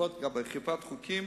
שלפחות באכיפת חוקים